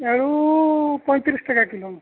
ᱟᱹᱞᱩ ᱯᱚᱸᱭᱛᱨᱤᱥ ᱴᱟᱠᱟ ᱠᱤᱞᱳ